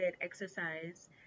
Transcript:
exercise